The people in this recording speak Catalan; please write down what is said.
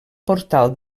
portal